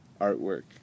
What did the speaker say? artwork